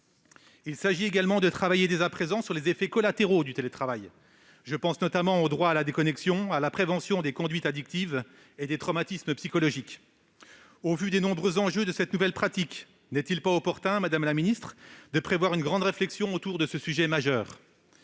dès à présent travailler sur les effets collatéraux du télétravail : droit à la déconnexion, à la prévention des conduites addictives et des traumatismes psychologiques. Au vu des nombreux enjeux de cette nouvelle pratique, n'est-il pas opportun, madame la ministre, de prévoir une grande réflexion autour de ce sujet majeur ?